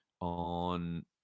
on